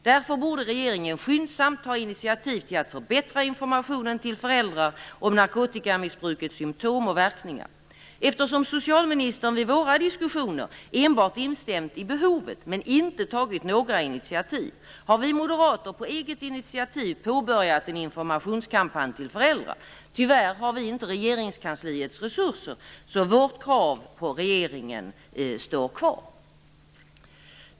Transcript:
Därför borde regeringen skyndsamt ta initiativ till att förbättra informationen till föräldrar om narkotikamissbrukets symtom och verkningar. Eftersom socialministern vid våra diskussioner enbart instämt i behovet, men inte tagit några initiativ, har vi moderater på eget initiativ påbörjat en informationskampanj till föräldrar. Tyvärr har vi inte Regeringskansliets resurser, så vårt krav på regeringen står kvar.